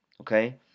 Okay